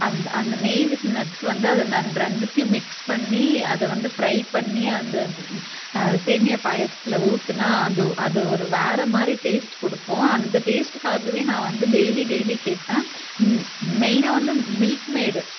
அந் அந்த நெய் வித் நட்ஸ் வந்து அதை நன் ரெண்டத்தையும் மிக்ஸ் பண்ணி அதை வந்து ஃப்ரை பண்ணி அந்த சேமியா பாயசத்தில் ஊற்றினா அது அது ஒரு வேறு மாதிரி டேஸ்ட் கொடுக்கும் அந்த டேஸ்ட்டுக்காகவே நான் வந்து டெய்லி டெய்லி கேட்பேன் ம் மெய்னாக வந்து மில்க்மெய்டு